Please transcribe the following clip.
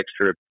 extra